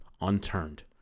unturned